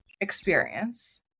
experience